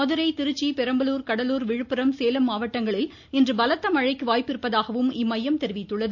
மதுரை திருச்சி பெரம்பலூர் கடலூர் விழுப்புரம் சேலம் மாவட்டங்களில் இன்று பலத்த மழைக்கு வாய்ப்பிருப்பதாகவும் இம்மையம் தெரிவித்துள்ளது